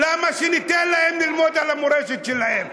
למה שניתן להם ללמוד על המורשת שלהם?